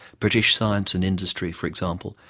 british science and industry, for example,